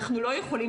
אבל אם אנחנו לוקחים